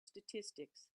statistics